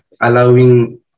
allowing